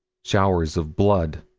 showers of blood.